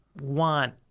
want